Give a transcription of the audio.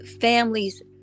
families